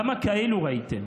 כמה כאלו ראיתם?